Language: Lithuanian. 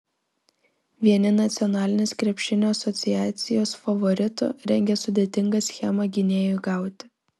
vieni nacionalinės krepšinio asociacijos favoritų rengia sudėtingą schemą gynėjui gauti